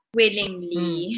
willingly